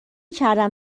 کردم